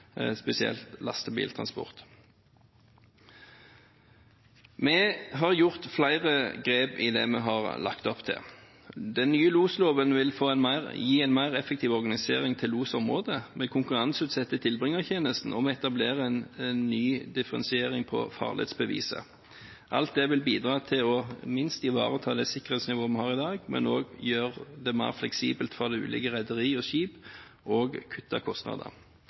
spesielt lastebiltransport. Vi har gjort flere grep i det vi har lagt opp til. Den nye losloven vil gi en mer effektiv organisering av losområdet. Vi konkurranseutsetter tilbringertjenesten, og vi etablerer en ny differensiering av farledsbeviset. Alt dette vil bidra til minst å ivareta det sikkerhetsnivået vi har i dag, men også gjøre det mer fleksibelt for de ulike rederi og skip å kutte kostnader.